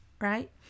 right